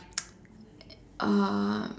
uh